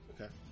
Okay